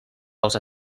pels